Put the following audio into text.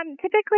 Typically